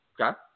Okay